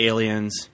Aliens